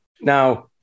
Now